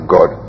God